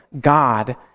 God